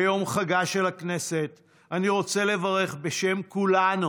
ביום חגה של הכנסת אני רוצה לברך בשם כולנו